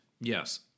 yes